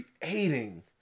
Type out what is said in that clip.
creating